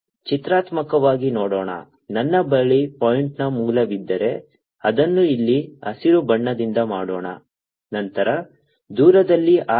ಚಿತ್ರಾತ್ಮಕವಾಗಿ ನೋಡೋಣ ನನ್ನ ಬಳಿ ಪಾಯಿಂಟ್ನ ಮೂಲವಿದ್ದರೆ ಅದನ್ನು ಇಲ್ಲಿ ಹಸಿರು ಬಣ್ಣದಿಂದ ಮಾಡೋಣ ನಂತರ ದೂರದಲ್ಲಿ r